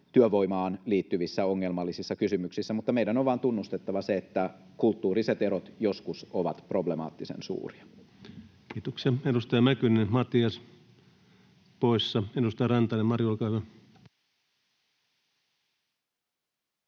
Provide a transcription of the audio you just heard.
työvoimaan liittyvissä ongelmallisissa kysymyksissä. Mutta meidän on vaan tunnustettava se, että kulttuuriset erot joskus ovat problemaattisen suuria. Kiitoksia. — Edustaja Mäkynen, Matias, poissa. — Edustaja Rantanen, Mari, olkaa hyvä.